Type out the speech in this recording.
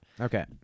Okay